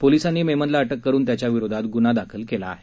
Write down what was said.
पोलीसांनी मेमनला अटक करुन त्याघ्या विरोधात गुन्हा दाखल केला आहे